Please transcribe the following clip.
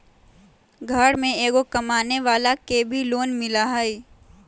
घर में एगो कमानेवाला के भी लोन मिलहई?